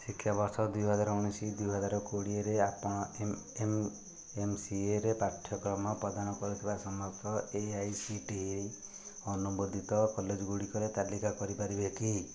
ଶିକ୍ଷାବର୍ଷ ଦୁଇହଜାର ଉଣେଇଶ ଦୁଇହଜାର କୋଡ଼ିଏରେ ଆପଣ ଏମ୍ଏମ୍ସିଏରେ ପାଠ୍ୟକ୍ରମ ପ୍ରଦାନ କରୁଥିବା ସମସ୍ତ A I C T E ଅନୁମୋଦିତ କଲେଜଗୁଡ଼ିକର ତାଲିକା କରିପାରିବେ କି